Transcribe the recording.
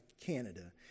Canada